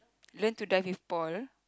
learn to dive with Paul